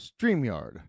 StreamYard